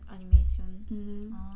animation